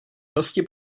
dosti